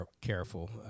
careful